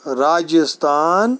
Rajasthan